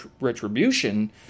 retribution